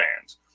fans